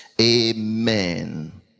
Amen